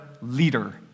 leader